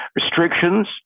Restrictions